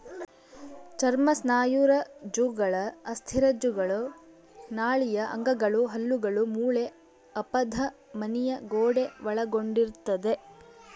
ಚರ್ಮ ಸ್ನಾಯುರಜ್ಜುಗಳು ಅಸ್ಥಿರಜ್ಜುಗಳು ನಾಳೀಯ ಅಂಗಗಳು ಹಲ್ಲುಗಳು ಮೂಳೆ ಅಪಧಮನಿಯ ಗೋಡೆ ಒಳಗೊಂಡಿರ್ತದ